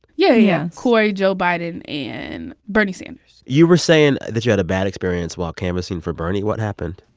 yeah, yeah. cory, joe biden and bernie sanders you were saying that you had a bad experience while canvassing for bernie. what happened?